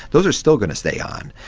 those are still going to stay on.